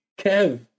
Kev